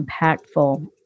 impactful